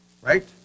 Right